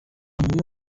muntu